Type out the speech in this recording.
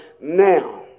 now